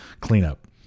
cleanup